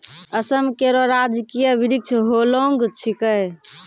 असम केरो राजकीय वृक्ष होलांग छिकै